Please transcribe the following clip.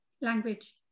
language